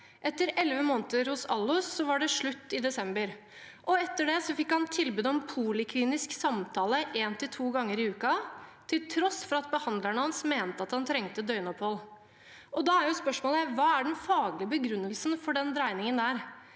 Etter elleve måneder hos Allos var det slutt i desember, og etter det fikk han tilbud om poliklinisk samtale en til to ganger i uken, til tross for at behandlerne hans mente at han trengte døgnopphold. Da er jo spørsmålet: Hva er den faglige begrunnelsen for den dreiningen?